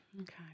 okay